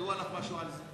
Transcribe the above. ידוע לך משהו על זה?